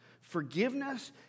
Forgiveness